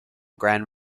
grand